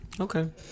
Okay